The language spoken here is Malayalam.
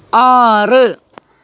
ആറ്